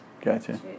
Gotcha